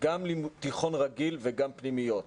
גם תיכון רגיל וגם פנימיות.